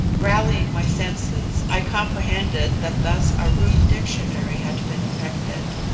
rallying my senses, i comprehended that thus a rude dictionary had been effected.